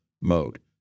mode